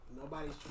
nobody's